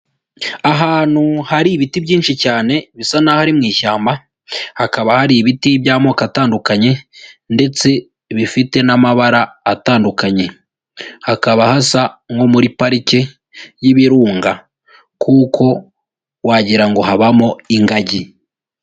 Ahantu hari ibiti byinshi cyane bisa n'aho ari mu ishyamba, hakaba hari ibiti by'amoko atandukanye, ndetse bifite n'amabara atandukanye, hakaba hasa nko muri parike y'ibirunga, kuko wagira ngo habamo ingagi.